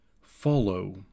follow